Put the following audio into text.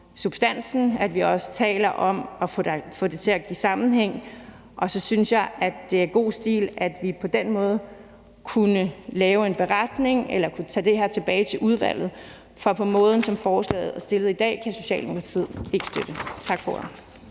substansen, at vi også taler om at få det til at give sammenhæng, og så synes jeg, at det er god stil, at vi på den måde kunne lave en beretning eller kunne tage det her tilbage til udvalget, for som forslaget ligger i dag, kan Socialdemokratiet ikke støtte det. Tak for